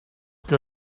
que